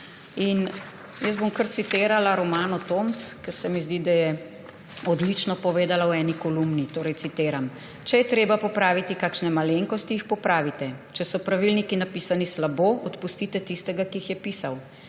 Jaz bom kar citirala Romano Tomc, ker se mi zdi, da je odlično povedala v eni kolumni. Torej citiram: »Če je treba popraviti kakšne malenkosti, jih popravite. Če so pravilniki napisani slabo, odpustite tistega, ki jih je pisal.